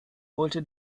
wollte